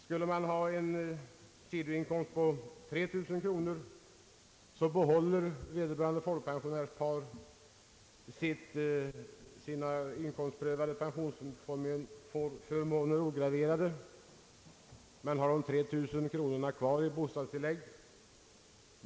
Skulle sidoinkomsten uppgå till 3 000 kronor, får pensionärsparet behålla sina inkomstprövade pensionsförmåner ograverade liksom de 3 000 kronorna i bostadstillägg.